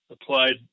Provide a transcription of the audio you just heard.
applied